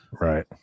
right